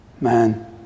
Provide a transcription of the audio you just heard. man